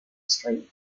straight